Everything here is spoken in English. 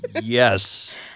Yes